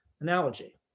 analogy